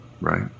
right